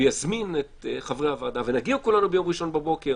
ויזמין את חברי הוועדה ונגיע כולנו ביום ראשון בבוקר